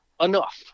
enough